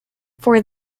for